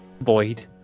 void